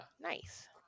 Nice